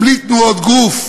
בלי תנועות גוף,